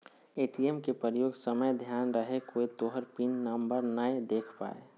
ATM के प्रयोग समय ध्यान रहे कोय तोहर पिन नंबर नै देख पावे